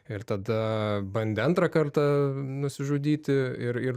ir tada bandė antrą kartą nusižudyti ir ir